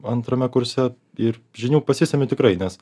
antrame kurse ir žinių pasisemi tikrai nes